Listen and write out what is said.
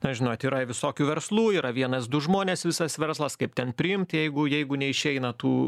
na žinot yra visokių verslų yra vienas du žmonės visas verslas kaip ten priimt jeigu jeigu neišeina tų